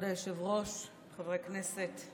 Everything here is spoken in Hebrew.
כבוד היושב-ראש, חברי כנסת,